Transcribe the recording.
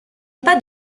pas